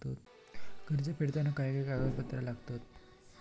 कर्ज फेडताना काय काय कागदपत्रा लागतात?